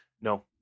No